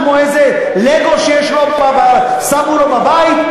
כמו לגו ששמו לו בבית,